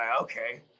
okay